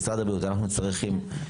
משרד הבריאות, ידידיה,